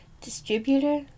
distributor